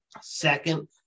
second